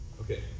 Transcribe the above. Okay